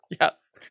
Yes